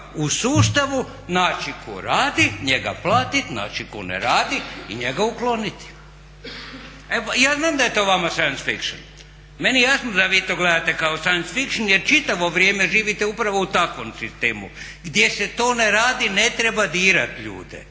u sustavu naći tko radi njega platit, znači tko ne radi i njega ukloniti. Ja znam da je to vama science fiction. Meni je jasno da vi to gledate kao science fiction jer čitavo vrijeme živite upravo u takvom sistemu gdje se to ne radi, ne treba dirat ljude.